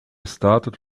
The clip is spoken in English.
started